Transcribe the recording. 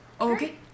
Okay